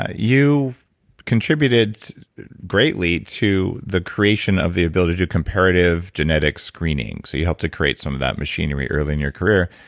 ah you contributed greatly to the creation of the ability to do comparative genetic screenings. you helped to create some of that machinery early in your career.